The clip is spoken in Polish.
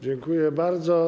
Dziękuję bardzo.